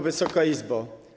Wysoka Izbo!